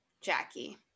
jackie